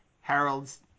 Harold's